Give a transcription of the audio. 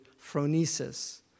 phronesis